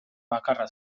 bakarra